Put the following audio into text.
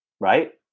Right